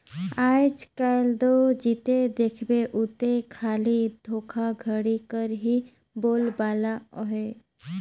आएज काएल दो जिते देखबे उते खाली धोखाघड़ी कर ही बोलबाला अहे